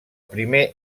primer